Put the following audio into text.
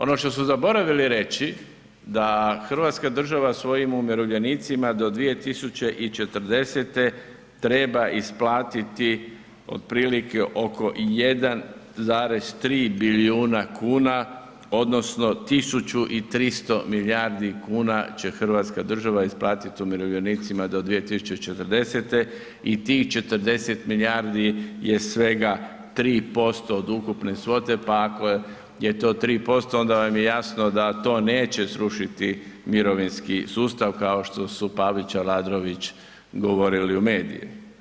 Ono što su zaboravili reći da Hrvatska država svojim umirovljenicima do 2040. treba isplatiti otprilike oko 1,3 bilijuna kuna odnosno 1.300 milijardi kuna će Hrvatska država isplatiti umirovljenicima do 2040. i tih 40 milijardi je svega 3% od ukupne svote pa ako je to 3% onda vam je jasno da to neće srušiti mirovinski sustav kao što su Pavić, Aladrović govorili u medije.